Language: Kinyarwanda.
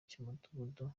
cy’umudugudu